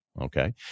Okay